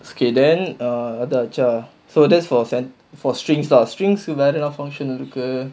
okay then err அத வச்சா:adha vachaa so that's for for strings strings கு வேற எது:ku vera edhu functional இருக்கு:irukku